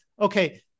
okay